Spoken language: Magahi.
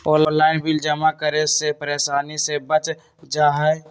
ऑनलाइन बिल जमा करे से परेशानी से बच जाहई?